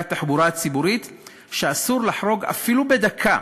התחבורה הציבורית שאסור לחרוג אפילו בדקה